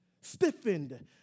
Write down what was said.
stiffened